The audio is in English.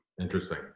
Interesting